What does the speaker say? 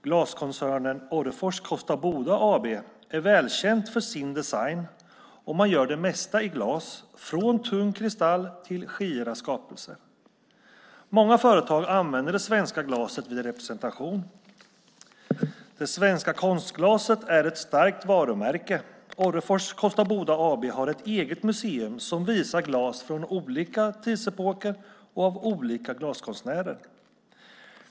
Glaskoncernen Orrefors Kosta Boda AB är välkänd för sin design, och man gör det mesta i glas, från tung kristall till skira skapelser. Många företag använder det svenska glaset vid representation. Det svenska konstglaset är ett starkt varumärke. Orrefors Kosta Boda AB har ett eget museum som visar glas från olika tidsepoker och av olika glaskonstnärer.